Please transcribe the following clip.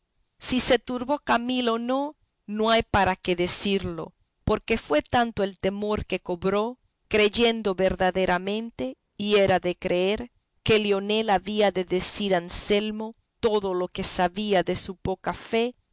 si se turbó camila o no no hay para qué decirlo porque fue tanto el temor que cobró creyendo verdaderamente y era de creer que leonela había de decir a anselmo todo lo que sabía de su poca fe